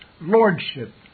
lordship